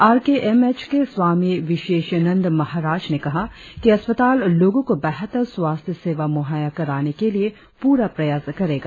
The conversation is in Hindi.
आर के एम एच के स्वामी विश्वेशनंद महाराज ने कहा कि अस्पताल लोगो को बेहतर स्वास्थ्य सेवा मुहैय्या कराने के लिए प्ररा प्रयास करेगा